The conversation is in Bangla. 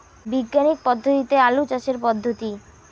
বিজ্ঞানিক পদ্ধতিতে আলু চাষের পদ্ধতি?